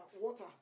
water